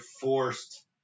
forced